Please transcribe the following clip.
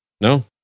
No